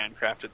handcrafted